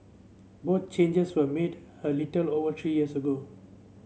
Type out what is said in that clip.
both changes were made a little over three years ago